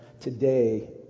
today